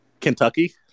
Kentucky